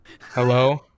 Hello